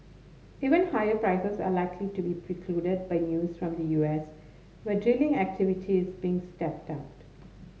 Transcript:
even higher prices are likely to be precluded by news from the U S where drilling activity is being stepped